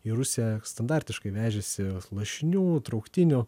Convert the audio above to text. į rusiją standartiškai vežėsi lašinių trauktinių